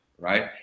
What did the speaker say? Right